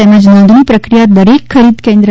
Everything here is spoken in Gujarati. તેમજ નોંધણી પ્રક્રિયા દરેક ખરીદ કેન્ત્ર